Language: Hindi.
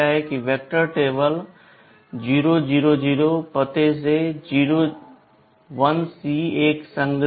वेक्टर टेबल 0x00 पते से 0x1c तक संग्रहीत है